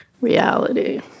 reality